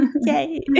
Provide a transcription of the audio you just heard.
Yay